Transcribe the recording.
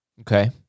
Okay